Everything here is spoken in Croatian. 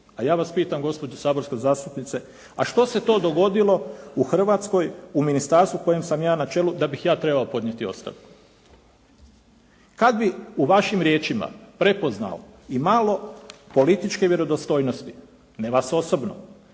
A ja vas pitam gospođo saborska zastupnice, a što se to dogodilo u Hrvatskoj u ministarstvu u kojem sam ja na čelu da bih trebao podnijeti ostavku. Kada bi u vašim riječima prepoznao i malo političke vjerodostojnosti ne vas osobno,